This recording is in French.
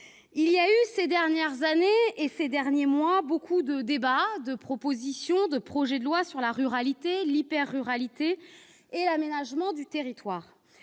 Il y a eu ces dernières années et ces derniers mois beaucoup de débats, de propositions ou de projets de loi sur la ruralité, l'hyper-ruralité et l'aménagement du territoire.